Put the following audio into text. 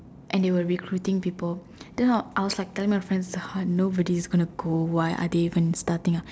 and they were recruiting people then I I was like telling my friends uh nobody is gonna go why are they even starting up